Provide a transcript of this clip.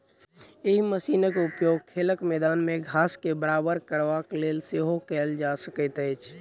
एहि मशीनक उपयोग खेलक मैदान मे घास के बराबर करबाक लेल सेहो कयल जा सकैत अछि